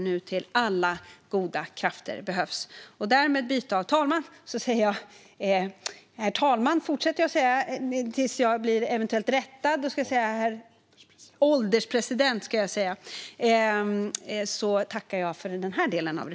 Jag är glad över att vi har lyckats ta debatten nu, för alla goda krafter behövs.